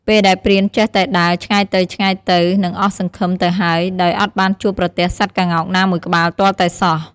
ពេលដែលព្រានចេះតែដើរ ឆ្ងាយទៅៗរកនឹងអស់សង្ឃឹមទៅហើយ ដោយអត់បានជួបប្រទះសត្វក្ងោកណាមួយក្បាលទាល់តែសោះ។